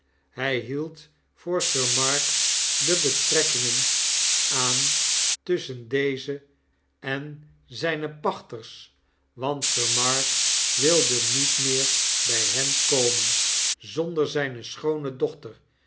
hy hield voor sir mark de betrekkingen aan tusschen dezen en zynepachters want sir mark wilde niet meer by hen komen zonder zyne schoone dochter